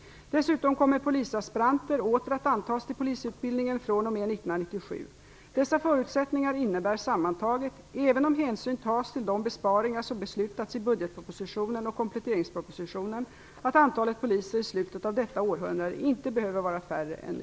Dessutom kommer polisaspiranter åter att antas till polisutbildningen fr.o.m. 1997. Dessa förutsättningar innebär sammantaget, även om hänsyn tas till de besparingar som beslutats i budgetpropositionen och kompletteringspropositionen, att antalet poliser i slutet av detta århundrade inte behöver vara färre än nu.